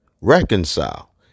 reconcile